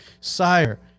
sire